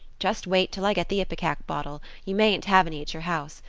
just wait till i get the ipecac bottle you mayn't have any at your house.